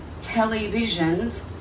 televisions